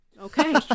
Okay